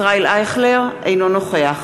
אינו נוכח